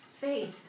faith